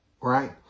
Right